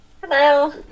Hello